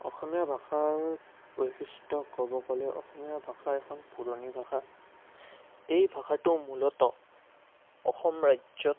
অসমীয়া ভাষাৰ বৈশিষ্ট্য ক'ব গ'লে অসমীয়া ভাষা এখন পুৰণি ভাষা এই ভাষাটো মূলত অসম ৰাজ্যত